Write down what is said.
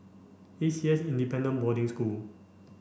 A C S Independent Boarding School